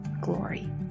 glory